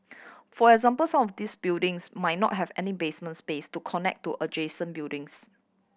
for example some of these buildings might not have any basement space to connect to adjacent buildings